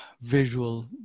visual